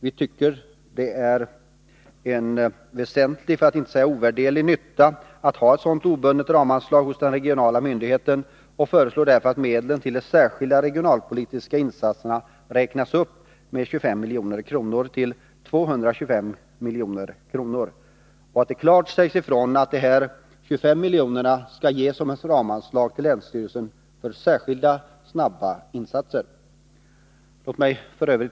Vi tycker det är till en väsentlig, för att inte säga ovärderlig nytta att ha ett sådant obundet ramanslag hos den regionala myndigheten och föreslår därför att medlen till de särskilda regionalpolitiska insatserna räknas upp med 25 milj.kr. till 225 milj.kr. och att det klart sägs ifrån att de här 25 miljonerna skall ges som ett ramanslag till länsstyrelsen för särskilda, snabba insatser. Låt mig f.ö.